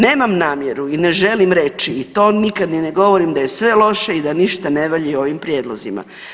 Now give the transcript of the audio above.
Nemam namjeru i ne želim reći i to nikad ni ne govorim da je sve loše i da ništa ne valja i u ovim prijedlozima.